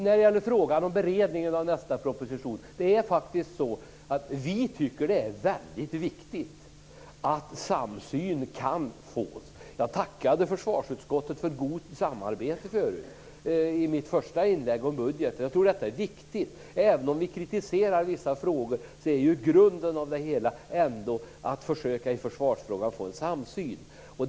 När det gäller frågan om beredningen av nästa proposition tycker vi faktiskt att det är väldigt viktigt att samsyn kan uppnås. Jag tackade försvarsutskottet för gott samarbete i mitt första inlägg om budgeten. Jag tror att detta är viktigt. Även om vi kritiserar vissa frågor är ju grunden för det hela ändå att försöka få en samsyn i försvarsfrågan.